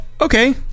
okay